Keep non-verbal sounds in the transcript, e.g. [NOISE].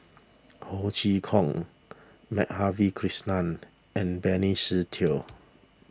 Ho Chee Kong Madhavi Krishnan and Benny [UNINTELLIGIBLE] Teo